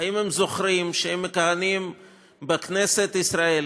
האם הם זוכרים שהם מכהנים בכנסת ישראל?